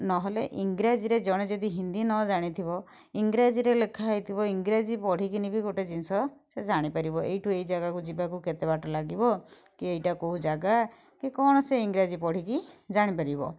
ନହେଲେ ଇଂରାଜୀରେ ଜଣେ ଯଦି ହିନ୍ଦୀ ନ ଜାଣିଥିବ ଇଂରାଜୀରେ ଲେଖା ହୋଇଥିବ ଇଂରାଜୀରେ ପଢ଼ିକି ବି ଗୋଟେ ଜିନିଷ ସେ ଜାଣି ପାରିବ ଏଇଠୁ ଏଇ ଜାଗାକୁ କେତେ ବାଟ ଲାଗିବ କି ଏଇଟା କେଉଁ ଜାଗା କି କଣ ସେ ଇଂରାଜୀ ପଢ଼ିକି ଜାଣି ପାରିବ